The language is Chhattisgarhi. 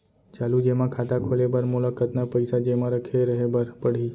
चालू जेमा खाता खोले बर मोला कतना पइसा जेमा रखे रहे बर पड़ही?